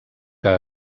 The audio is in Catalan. que